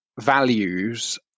values